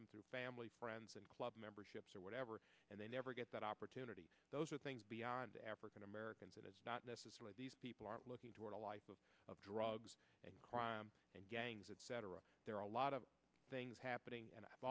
them through family friends and club memberships or whatever and they never get that opportunity those are things beyond african americans it is not necessarily these people are looking toward a life of drugs and crime and gangs etc there are a lot of things happening and i've